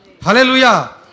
Hallelujah